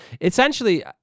Essentially